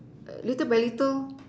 little by little